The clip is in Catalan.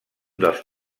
dels